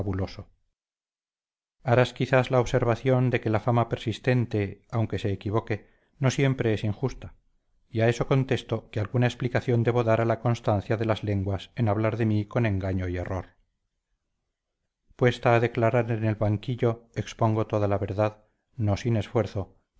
quizás la observación de que la fama persistente aunque se equivoque no siempre es injusta y a eso contesto que alguna explicación debo dar a la constancia de las lenguas en hablar de mí con engaño y error puesta a declarar en el banquillo expongo toda la verdad no sin esfuerzo